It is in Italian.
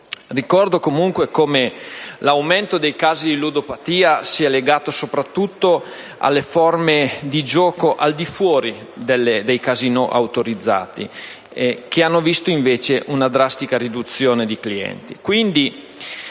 e così via. L'aumento dei casi di ludopatia è legato soprattutto alle forme di gioco al di fuori dei casinò autorizzati, che hanno visto invece una drastica riduzione di clienti.